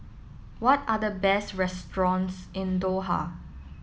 what are the best restaurants in Doha